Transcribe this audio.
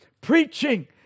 Preaching